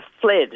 fled